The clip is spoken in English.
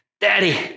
Daddy